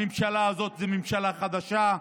הממשלה הזאת היא ממשלה חדשה,